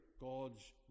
God's